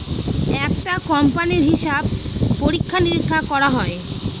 একটা কোম্পানির হিসাব পরীক্ষা নিরীক্ষা করা হয়